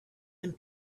and